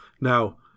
Now